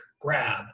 Grab